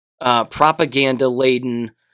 propaganda-laden